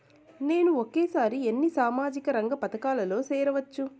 నేను ఒకేసారి ఎన్ని సామాజిక రంగ పథకాలలో సేరవచ్చు?